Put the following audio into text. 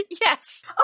yes